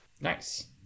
Nice